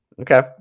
Okay